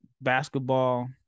basketball